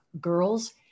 girls